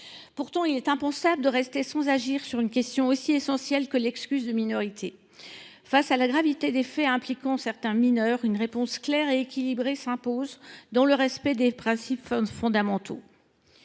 Pourtant, il est impensable de rester sans agir sur une question aussi essentielle que l’excuse de minorité. Face à la gravité des faits impliquant certains mineurs, une réponse claire et équilibrée s’impose, dans le respect des principes fondamentaux.